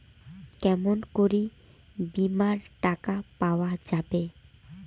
কেমন করি বীমার টাকা পাওয়া যাবে?